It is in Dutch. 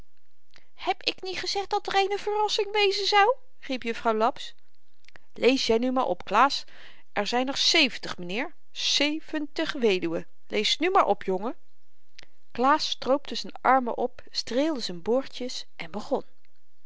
heb ik niet gezegd dat er eene verrassing wezen zou riep jufvrouw laps lees jy nu maar op klaas er zyn er zeventig mynheer zeventig weduwen lees nu maar op jongen klaas stroopte z'n armen op streelde z'n boordjes en begon